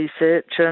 research